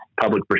public